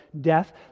death